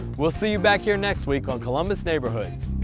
we'll see you back here next week on columbus neighborhoods.